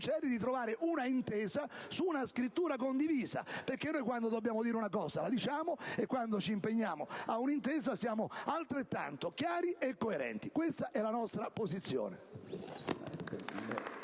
di trovare una intesa su una scrittura condivisa, perché quando dobbiamo dire una cosa la diciamo e quando ci impegniamo ad un'intesa siamo altrettanto chiari e coerenti. Questa è la nostra posizione.